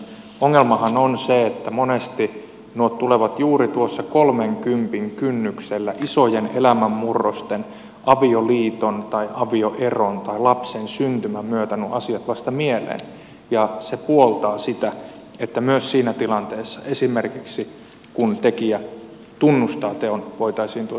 ongelmahan on se että monesti nuo asiat tulevat juuri tuossa kolmenkympin kynnyksellä isojen elämänmurrosten avioliiton tai avioeron tai lapsen syntymän myötä vasta mieleen ja se puoltaa sitä että myös siinä tilanteessa esimerkiksi kun tekijä tunnustaa teon voitaisiin tuo syyte nostaa